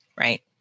Right